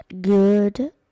Good